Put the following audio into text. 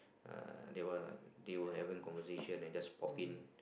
uh they will they will have a conversation then just pop in